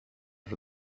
for